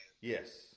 Yes